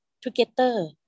together